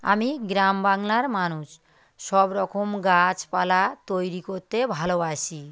আমি গ্রাম বাংলার মানুষ সব রকম গাছপালা তৈরি করতে ভালোবাসি